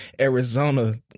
Arizona